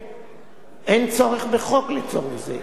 אין צורך בחוק לצורך זה,